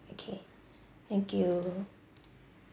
okay thank you